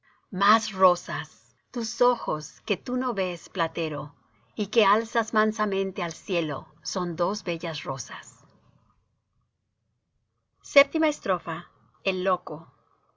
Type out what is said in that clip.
más rosas tus ojos que tú no ves platero y que alzas mansamente al cielo son dos bellas rosas vii el loco